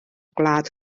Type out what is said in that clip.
gwlad